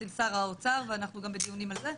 אצל שר האוצר ואנחנו גם בדיונים על זה,